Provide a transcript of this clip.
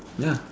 ya